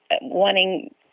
wanting